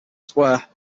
square